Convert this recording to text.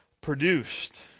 produced